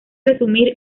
resumir